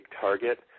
target